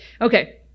Okay